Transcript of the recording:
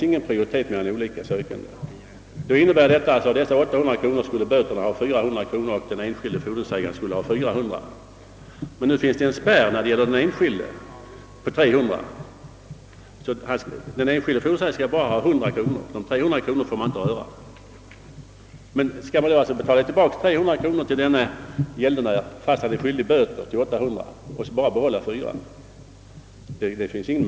I propositionen föreslås vissa regler om överlåtelse och utmätning av fordran på överskjutande preliminär skatt enligt uppbördsförordningen.